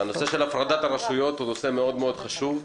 שנושא הפרדת הרשויות הוא נושא מאוד מאוד חשוב,